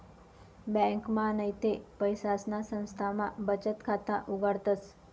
ब्यांकमा नैते पैसासना संस्थामा बचत खाता उघाडतस